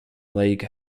league